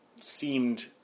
seemed